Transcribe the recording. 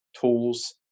tools